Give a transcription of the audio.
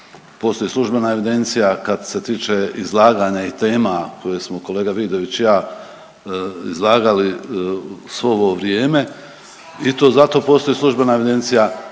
postoji službena evidencija kad se tiče izlaganja i tema koje smo kolega Vidović i ja izlagali svo ovo vrijeme i to za to postoji službena evidencija.